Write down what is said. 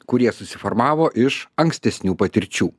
kurie susiformavo iš ankstesnių patirčių